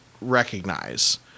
recognize